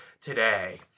today